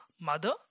mother